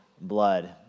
blood